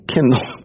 Kindle